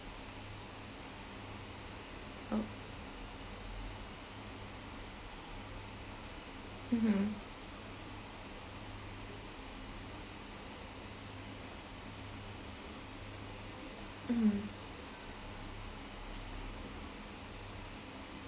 oh mmhmm mmhmm